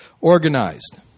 organized